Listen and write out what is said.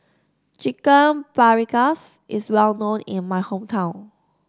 Chicken Paprikas is well known in my hometown